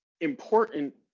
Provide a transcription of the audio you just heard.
important